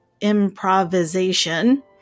improvisation